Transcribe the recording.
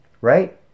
Right